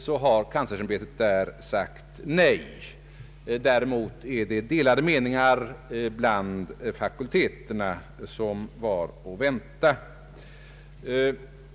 Bland fakulteterna råder däremot delade meningar, vilket var att vänta.